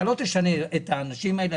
אתה לא תשנה את האנשים האלה,